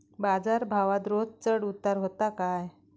बाजार भावात रोज चढउतार व्हता काय?